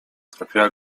tropiła